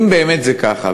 אם באמת זה ככה,